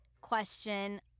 question